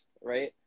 right